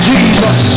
Jesus